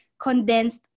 condensed